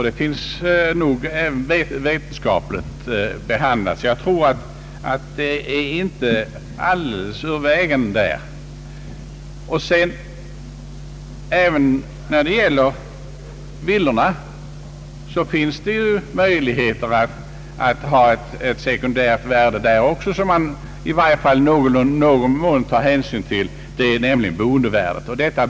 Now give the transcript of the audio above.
Detta lär även vara vetenskapligt behandlat, så jag tror inte att denna metod är helt ur vägen. Även när det gäller villor finns det möjligheter att ha ett sekundärvärde. Man bör i varje fall i någon mån ta hänsyn till boendevärdet.